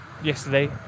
yesterday